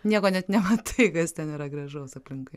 nieko net nematai kas ten yra gražaus aplinkui